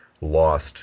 lost